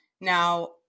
Now